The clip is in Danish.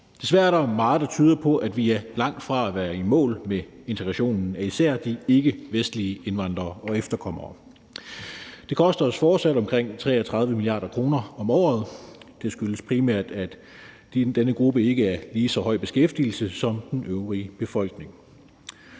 Desværre er der meget, der tyder på, at vi er langt fra at være i mål med integrationen af især de ikkevestlige indvandrere og efterkommere. Det koster os fortsat omkring 33 mia. kr. om året, og det skyldes primært, at denne gruppe ikke er i lige så høj beskæftigelse som den øvrige befolkning.